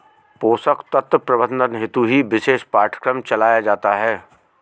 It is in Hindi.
पोषक तत्व प्रबंधन हेतु ही विशेष पाठ्यक्रम चलाया जाता है